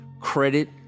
credit